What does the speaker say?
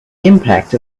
impact